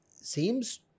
seems